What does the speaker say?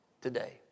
today